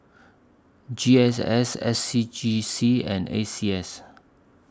G S S S C G C and A C S